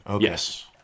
yes